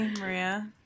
Maria